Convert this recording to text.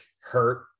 hurt